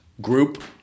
group